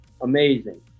amazing